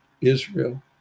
Israel